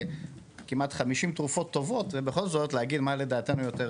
כמעט כ-50 תרופות טובות ובכל זאת להגיד איזו תרופה לדעתנו יותר